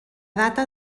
data